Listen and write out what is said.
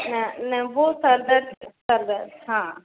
सिर दर्द सिर दर्द हाँ